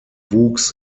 wuchs